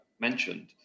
mentioned